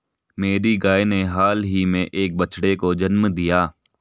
मेरी गाय ने हाल ही में एक बछड़े को जन्म दिया